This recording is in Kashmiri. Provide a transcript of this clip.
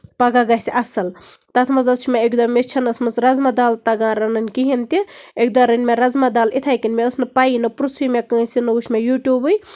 پَگہہ گژھِ اَصٕل تَتھ منٛز حظ چھُ مےٚ اَکہِ دۄہ مےٚ چھےٚ نہٕ ٲسمٕژ رَزما دال تَگان رَنٕنۍ کِہینۍ تہِ اَکہِ دۄہ رٔنۍ مےٚ رزمادال یِتھٕے کٔنۍ مےٚ ٲسۍ نہٕ پیی نہ پروژھٕے مےٚ کٲنسہِ نہ اوس مےٚ یوٗٹیوٗبٕے